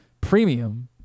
Premium